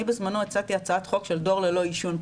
אני בזמנו הצעתי הצעת חוק שלדור ללא עישון,